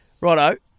Righto